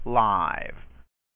live